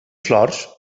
flors